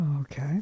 Okay